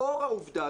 לאור העובדה,